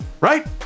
right